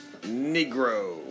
Negro